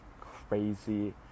crazy